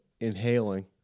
inhaling